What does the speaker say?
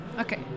Okay